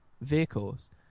vehicles